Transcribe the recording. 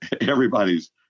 everybody's